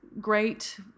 great